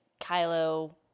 Kylo